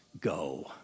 go